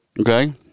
okay